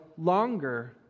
longer